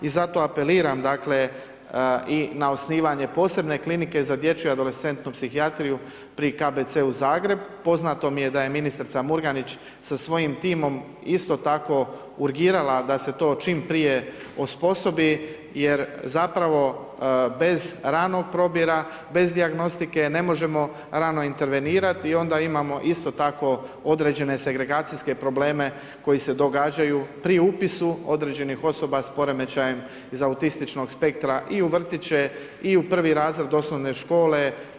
I zato apeliram i na osnivanje posebno klinike za dječju adolescentnu psihijatriju pri KBC Zagreb, poznato mi je da je ministrica Murganić sa svojim timom isto tako urgirala da se to čim prije osposobi jer zapravo bez ranog probira, bez dijagnostike ne možemo rano intervenirati i onda imamo isto tako određene segregacijske probleme koji se događaju pri upisu određenih osoba s poremećajem za autističnog spektra i u vrtiće i u 1. razred osnovne škole.